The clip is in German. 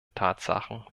tatsachen